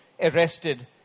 arrested